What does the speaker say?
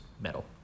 metal